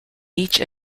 each